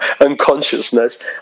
unconsciousness